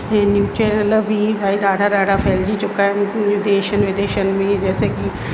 हे news channel बि भाई ॾाढा ॾाढा फहिलिजी चुका आहिनि देशनि विदेशनि में जैसे की